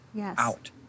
out